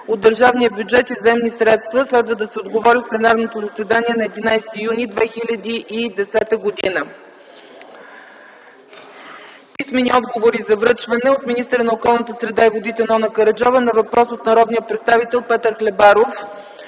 от държавния бюджет и заемни средства. Следва да се отговори в пленарното заседание на 11 юни 2010 г. Писмени отговори за връчване: - от министъра на околната среда и водите Нона Караджова на въпрос от народния представител Петър Хлебаров;